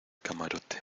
camarote